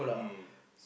mm